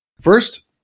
First